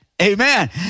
Amen